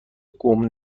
قوم